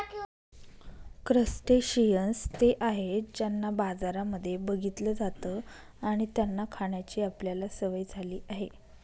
crustaceans ते आहेत ज्यांना बाजारांमध्ये बघितलं जात आणि त्यांना खाण्याची आपल्याला सवय झाली आहे